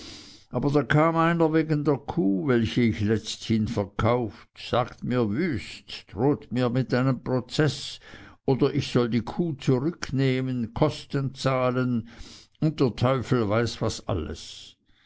aber da kam einer wegen der kuh welche ich letzthin verkauft sagt mir wüst droht mir mit einem prozeß oder ich soll die kuh zurücknehmen kosten zahlen und der teufel weiß was alles